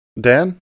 Dan